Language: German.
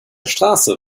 straße